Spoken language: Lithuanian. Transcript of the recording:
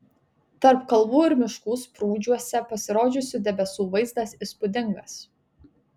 tarp kalvų ir miškų sprūdžiuose pasirodžiusių debesų vaizdas įspūdingas